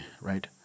right